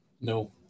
No